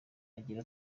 agira